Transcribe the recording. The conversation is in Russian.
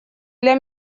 для